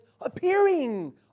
appearing